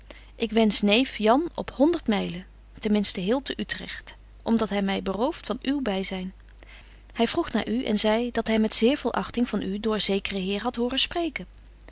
ik wensch neef jan op honderd mylen ten minsten heel te utregt om dat hy my berooft van uw byzyn hy vroeg naar u en zei dat hy met zeer veel achting van u door zekeren heer hadt horen spreken